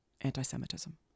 anti-Semitism